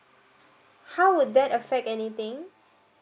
how would that affect anything